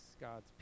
God's